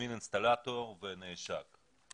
שהזמין אינסטלטור ונעשק.